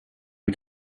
you